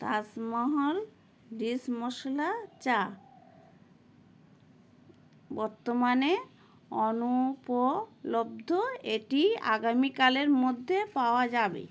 তাজমহল রিস মশলা চা বর্তমানে অনুপলব্ধ এটি আগামীকালের মধ্যে পাওয়া যাবে